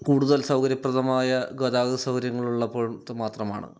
കൂടുതൽ സൗകര്യപ്രദമായ ഗതാഗത സൗകര്യങ്ങളുള്ളപ്പോൾ ത് മാത്രമാണ്